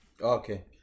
Okay